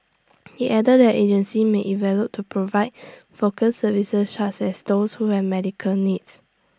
he added that agencies may to provide focused services such as those who have medical needs